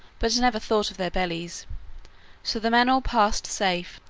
but never thought of their bellies so the men all passed safe,